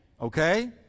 Okay